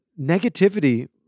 negativity